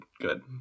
good